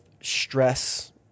stress